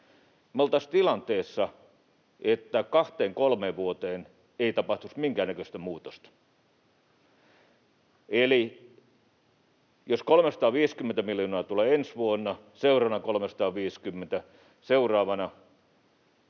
Me oltaisiin tilanteessa, että kahteen kolmeen vuoteen ei tapahtuisi minkäännäköistä muutosta. Jos 350 miljoonaa tulee ensi vuonna, seuraavana 350 ja seuraavana,